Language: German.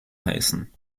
heißen